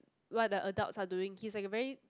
what the adults are doing he's like a very